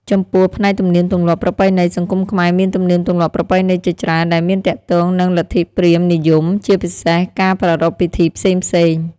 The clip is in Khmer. ចំពោះ ផ្នែកទំនៀមទម្លាប់ប្រពៃណី សង្គមខ្មែរមានទំនៀមទម្លាប់ប្រពៃណីជាច្រើនដែលមានទាក់ទងនឹងលទ្ធិព្រាហ្មណ៍និយម ជាពិសេស ការប្រារព្ធពិធីផ្សេងៗ។